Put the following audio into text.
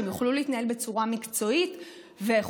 כדי שהם יוכלו להתנהל בצורה מקצועית ואיכותית.